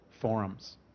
forums